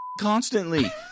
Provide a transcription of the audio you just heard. constantly